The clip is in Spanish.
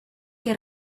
que